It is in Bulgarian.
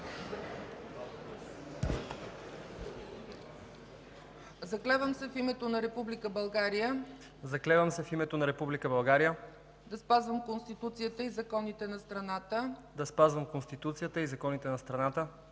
„Заклевам се в името на Република България да спазвам Конституцията и законите на страната